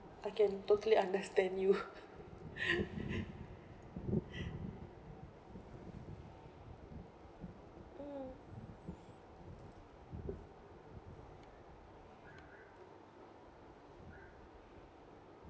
I can totally understand you mm